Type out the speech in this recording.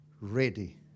ready